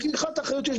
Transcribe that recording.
לקיחת האחריות,